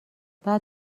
بعد